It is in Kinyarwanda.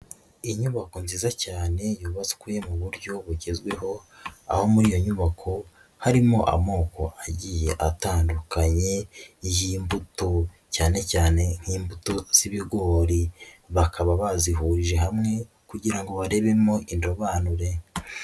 Inyubako nziza cyane yubatswe mu buryo bugezweho aho muri iyo nyubako harimo amoko agiye atandukanye y'imbuto cyane cyane nk'imbuto z'ibigori bakaba bazihurije hamwe kugira ngo barebemo indobanure.